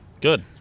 Good